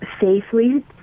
safely